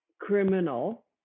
criminal